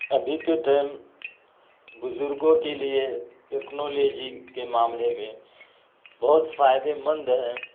ابھی کے ٹائم بزرگوں کے لیے ٹیکنالیجی کے معاملے میں بہت فائدے مند ہیں